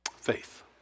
Faith